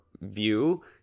view